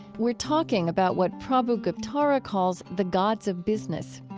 we're talking about what prabhu guptara calls the gods of business.